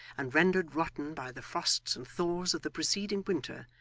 and rendered rotten by the frosts and thaws of the preceding winter,